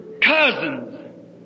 cousins